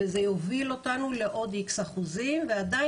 וזה יוביל אותנו לעוד X אחוזים ועדיין